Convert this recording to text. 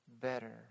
better